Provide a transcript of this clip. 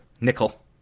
Nickel